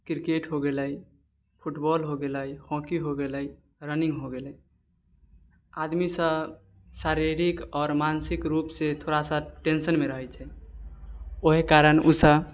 cricket हो गेलै football हो गेलै हॉकी हो गेलै रनिङ्ग हो गेलै आदमी सब शारीरिक आओर मानसिक रूपसँ थोड़ा टेन्शनमे रहै छै ओहे कारणोँ सँ